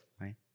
right